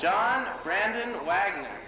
john brandon wagner